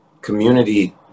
community